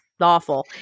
awful